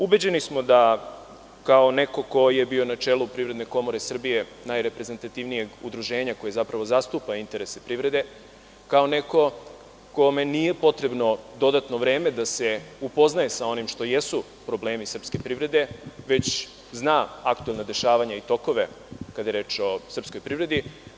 Ubeđeni smo da, kao neko ko je bio na čelu Privredne komore Srbije, najreprezentativnijeg udruženja koje zapravo zastupa interese privrede, kao neko kome nije potrebno dodatno vreme da se upoznaje sa onim što jesu problemi srpske privrede, već zna aktuelna dešavanja i tokove kada je reč o srpskoj privredi.